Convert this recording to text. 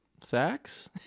sax